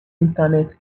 internet